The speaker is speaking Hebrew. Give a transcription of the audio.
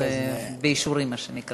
אז זה באישורי, מה שנקרא.